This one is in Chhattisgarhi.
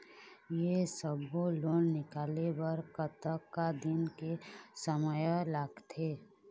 ये सब्बो लोन निकाले बर कतका दिन के समय लगथे?